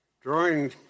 Drawing